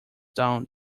down